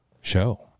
show